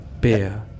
Beer